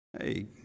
hey